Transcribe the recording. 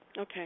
Okay